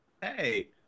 Hey